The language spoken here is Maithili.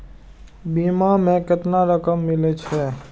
बीमा में केतना रकम मिले छै?